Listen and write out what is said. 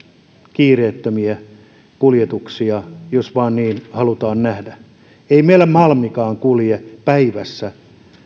kiireettömiä kuljetuksia jos vain niin halutaan nähdä ei meillä malmikaan kulje päivässä